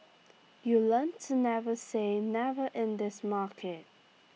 you learn to never say never in this market